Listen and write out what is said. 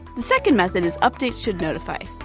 the second method is updateshouldnotify.